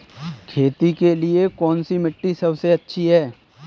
खेती के लिए कौन सी मिट्टी सबसे अच्छी है?